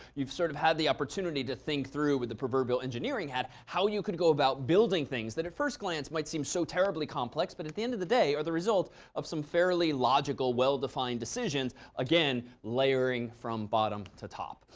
you've sort of had the opportunity to think through, with the proverbial engineering hat, how you could go about building things. that at first glance might seem so terribly complex, but at the end of the day are the result of some fairly logical well-defined decisions, again layering from bottom to top.